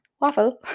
Waffle